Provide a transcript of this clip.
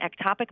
ectopic